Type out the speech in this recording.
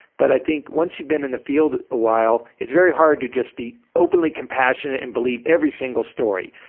but i think once you've been in the field a while it's very hard to just be openly compassionate and believe every single story,